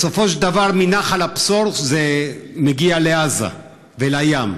בסופו של דבר מנחל הבשור זה מגיע לעזה, ולים.